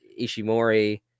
ishimori